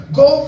go